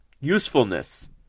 usefulness